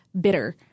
bitter